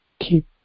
Keep